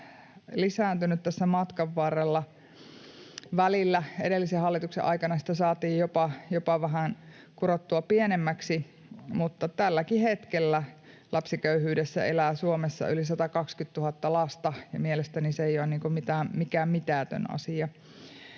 lisääntynyt tässä matkan varrella. Välillä edellisen hallituksen aikana sitä saatiin jopa vähän kurottua pienemmäksi, mutta tälläkin hetkellä lapsiköyhyydessä elää Suomessa yli 120 000 lasta, ja mielestäni se ei ole mikään mitätön asia.